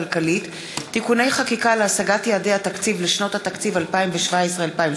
הכלכלית (תיקוני חקיקה להשגת יעדי התקציב לשנות 2017 ו-2018),